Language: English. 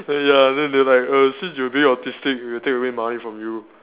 err ya then they like err since you being autistic we'll take away money from you